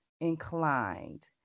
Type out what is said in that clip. inclined